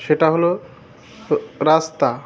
সেটা হলো রাস্তা